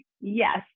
Yes